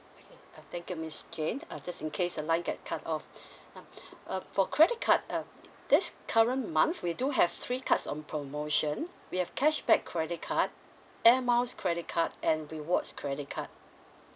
okay uh thank you miss jane uh just in case the line get cut off now uh for credit card uh this current month we do have three cards on promotion we have cashback credit card air miles credit card and rewards credit card